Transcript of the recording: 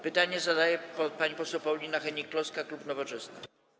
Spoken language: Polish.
Pytanie zadaje pani poseł Paulina Hennig-Kloska, klub Nowoczesna.